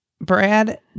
Brad